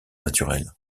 naturelle